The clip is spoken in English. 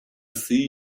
see